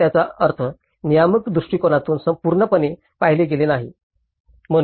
तर याचा अर्थ नियामक दृष्टीकोनातून पूर्णपणे पाहिले गेले नाही